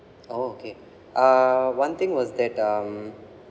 oh okay uh one thing was that um